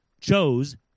chose